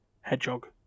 hedgehog